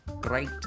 great